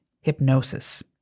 hypnosis